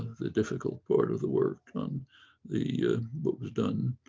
the difficult part of the work on the book was done,